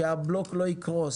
שהבלוק לא יקרוס.